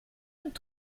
und